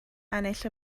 ennill